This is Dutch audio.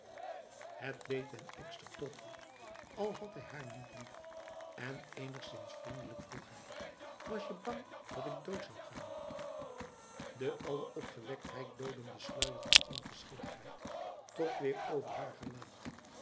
het deed den ekster toch goed al had hij haar niet lief en enigszins vriendelijk vroeg hij was je bang dat ik dood zou gaan de alle opgewektheid dodende sluier van onverschilligheid trok weer over haar gelaat